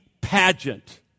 pageant